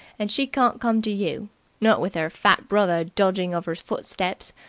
and she can't come to you not with er fat brother dogging of er footsteps.